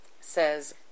says